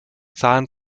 sahen